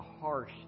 harsh